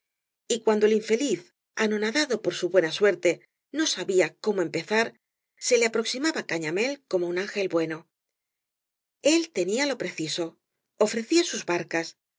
y cuando el infeliz anonadado por su buena suerte no sabía cómo empezar se le aproximaba cañamél como un ángel bueno el tenía lo preciso ofrecía sus barcas las